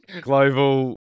global